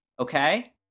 Okay